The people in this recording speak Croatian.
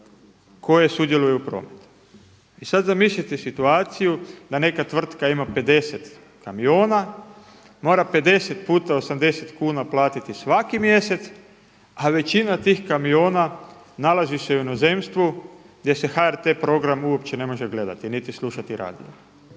koje sudjeluje u prometu. I sad zamislite situaciju da neka tvrtka ima 50 kamiona mora 50 puta 80 kuna platiti svaki mjesec, a većina tih kamiona nalazi se u inozemstvu gdje se HRT program uopće ne može gledati, niti slušati radio.